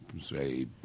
say